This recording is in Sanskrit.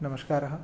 नमस्कारः